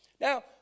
Now